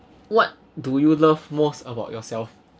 what do you love most about yourself